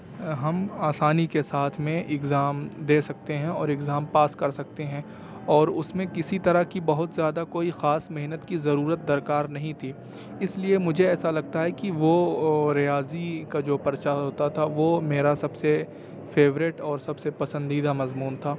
ہم آسانی کے ساتھ میں ایگزام دے سکتے ہیں اور ایگزام پاس کر سکتے ہیں اور اس میں کسی طرح کی بہت زیادہ کوئی خاص محنت کی ضرورت درکار نہیں تھی اس لیے مجھے ایسا لگتا ہے کہ وہ ریاضی کا جو پرچہ ہوتا تھا وہ میرا سب سے فیوریٹ اور سب سے پسندیدہ مضمون تھا